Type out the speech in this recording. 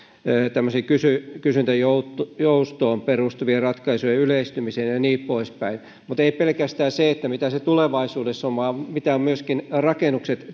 kysyntäjoustoon perustuvien ratkaisujen yleistymisen ja ja niin poispäin mutta ei pelkästään se mitä se tulevaisuudessa on vaan myöskin mitä rakennukset